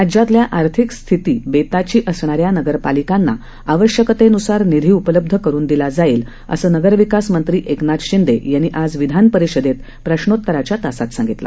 राज्यातल्या आर्थिक स्थिती बेताची असणाऱ्या नगरपालिकांना आवश्यकतेन्सार निधी उपलब्ध करून दिला जाईल असं नगरविकास मंत्री एकनाथ शिंदे यांनी आज विधान परिषदेत प्रश्नोतराच्या तासात सांगितलं